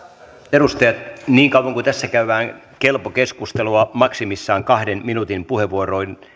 edustajat niin kauan kuin tässä käydään kelpo keskustelua maksimissaan kahden minuutin puheenvuoroin